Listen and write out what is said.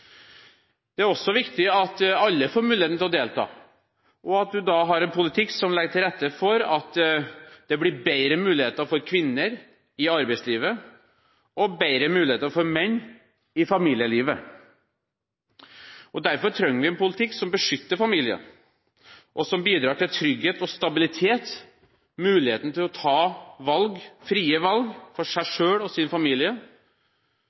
Det er også viktig at alle får muligheten til å delta, og at en har en politikk som legger til rette for at det blir bedre muligheter for kvinner i arbeidslivet og bedre muligheter for menn i familielivet. Derfor trenger vi en politikk som beskytter familien, og som bidrar til trygghet og stabilitet, med muligheten til å ta frie valg for seg selv og sin familie